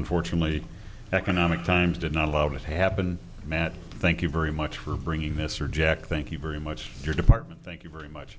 unfortunately economic times did not allow that happen matt thank you very much for bringing mr jack thank you very much for your department thank you very much